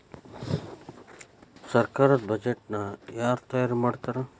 ಸರ್ಕಾರದ್ ಬಡ್ಜೆಟ್ ನ ಯಾರ್ ತಯಾರಿ ಮಾಡ್ತಾರ್?